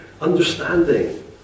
understanding